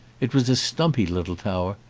it was a stumpy little tower,